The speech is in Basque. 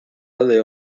alde